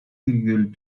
virgule